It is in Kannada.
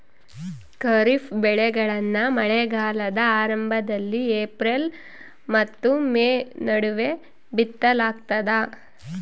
ಖಾರಿಫ್ ಬೆಳೆಗಳನ್ನ ಮಳೆಗಾಲದ ಆರಂಭದಲ್ಲಿ ಏಪ್ರಿಲ್ ಮತ್ತು ಮೇ ನಡುವೆ ಬಿತ್ತಲಾಗ್ತದ